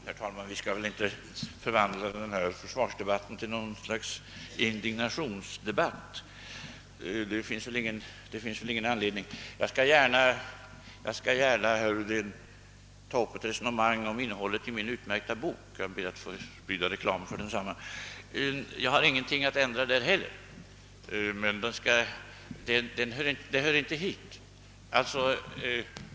Herr talman! Vi skall väl inte förvandla denna försvarsdebatt till någon slags indignationsdebatt. Det finns väl ingen anledning till det. Jag skall gärna, herr Wedén, ta upp ett resonemang om innehållet i min utmärkta bok — jag ber att få bidra med reklam för densamma. Jag har inget att ändra där heller. Men det hör inte hit.